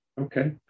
Okay